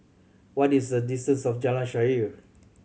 what is the distance to Jalan Shaer